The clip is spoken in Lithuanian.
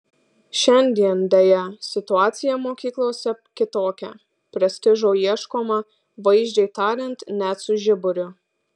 šiandien deja situacija mokyklose kitokia prestižo ieškoma vaizdžiai tariant net su žiburiu